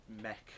mech